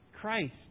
Christ